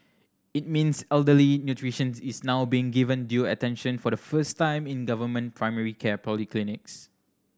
it means elderly nutrition is now being given due attention for the first time in government primary care polyclinics